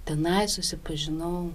tenai susipažinau